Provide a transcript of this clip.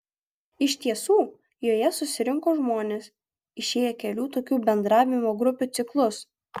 iš tiesų joje susirinko žmonės išėję kelių tokių bendravimo grupių ciklus